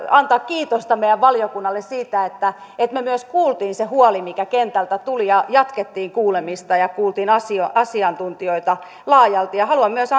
antaa kiitosta meidän valiokunnalle siitä että me myös kuulimme sen huolen mikä kentältä tuli ja jatkoimme kuulemista ja kuulimme asiantuntijoita laajalti haluan myös